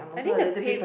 I think the pay